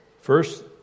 First